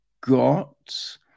got